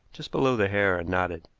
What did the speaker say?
just below the hair, and nodded.